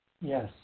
Yes